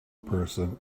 person